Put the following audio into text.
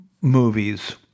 movies